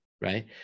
right